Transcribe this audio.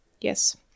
yes